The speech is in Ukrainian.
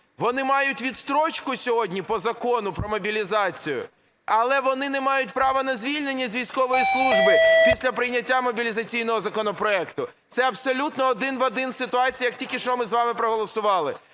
Вони мають відстрочку сьогодні по Закону про мобілізацію, але вони не мають права на звільнення з військової служби після прийняття мобілізаційного законопроекту, це абсолютно один в один ситуація, як тільки що ми з вами проголосували.